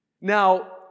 Now